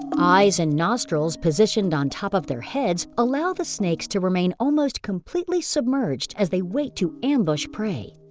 eyes and nostrils positioned on top of their heads allow the snakes to remain almost completely submerged as they wait to ambush prey.